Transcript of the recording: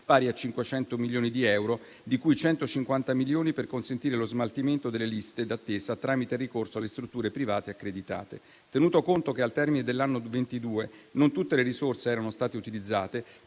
pari a 500 milioni di euro, di cui 150 milioni per consentire lo smaltimento delle liste d'attesa tramite ricorso alle strutture private accreditate. Tenuto conto che al termine dell'anno 2022 non tutte le risorse erano state utilizzate,